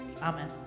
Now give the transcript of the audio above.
Amen